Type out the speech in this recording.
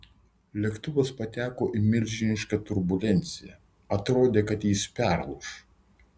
lėktuvas pateko į milžinišką turbulenciją atrodė kad jis perlūš